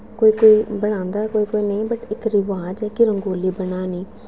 कोई कोई बनांदा ते कोई कोई नेईं बट इत्थै रवाज ऐ कि रंगोली बनानी